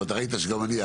ראית שגם אני אהבתי.